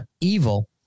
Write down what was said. evil